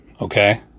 okay